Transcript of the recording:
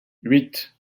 huit